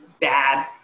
bad